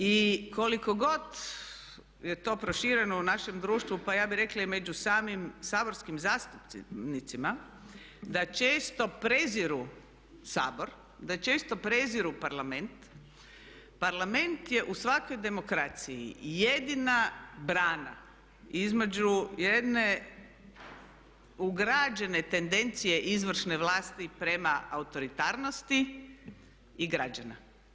I koliko god je to prošireno u našem društvu, pa ja bih rekla i među samim saborskim zastupnicima, da često preziru Sabor, da često preziru Parlament, Parlament je u svakoj demokraciji jedina brana između jedne ugrađene tendencije izvršne vlasti prema autoritarnosti i građana.